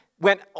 Went